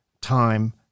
time